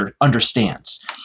understands